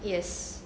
yes